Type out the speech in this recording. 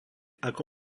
ako